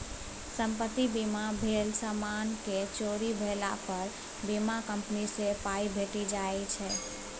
संपत्ति बीमा भेल समानक चोरी भेला पर बीमा कंपनी सँ पाइ भेटि जाइ छै